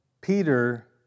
Peter